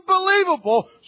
unbelievable